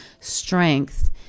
strength